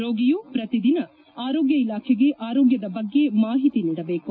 ರೋಗಿಯು ಪ್ರತಿ ದಿನ ಆರೋಗ್ಯ ಇಲಾಖೆಗೆ ಆರೋಗ್ಯದ ಬಗ್ಗೆ ಮಾಹಿತಿ ನೀಡಬೇಕು